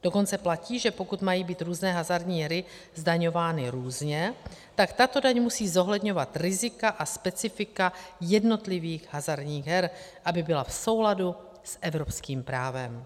Dokonce platí, že pokud mají být různé hazardní hry zdaňovány různě, tak tato daň musí zohledňovat rizika a specifika jednotlivých hazardních her, aby byla v souladu s evropským právem.